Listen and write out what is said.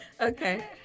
Okay